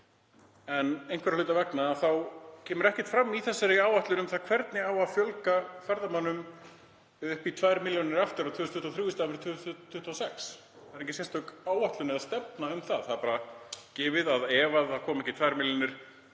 En einhverra hluta vegna þá kemur ekkert fram í þessari áætlun um það hvernig fjölga eigi ferðamönnum upp í 2 milljónir aftur 2023 í stað 2026. Það er engin sérstök áætlun eða stefna um það. Það er bara gefið að ef ekki komi 2 milljónir